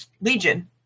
Legion